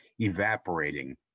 evaporating